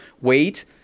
Wait